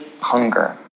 hunger